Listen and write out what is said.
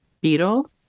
beetle